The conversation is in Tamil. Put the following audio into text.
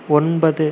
ஒன்பது